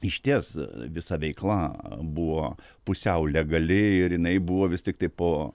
išties visa veikla buvo pusiau legali ir jinai buvo vis tiktai po